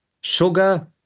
sugar